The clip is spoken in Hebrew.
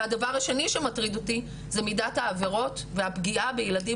הדבר השני שמטריד אותי זה מדת העבירות והפגיעה בילדים